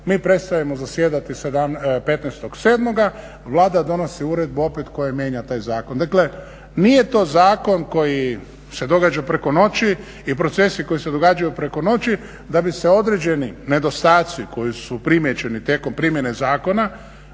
Mi prestajemo zasjedati 15.7., Vlada donosi uredbu opet kojom mijenja taj zakon. Dakle, nije to zakon koji se događa preko noći i procesi koji se događaju preko noći da bi se određeni nedostaci koji su primijećeni tijekom primjene zakona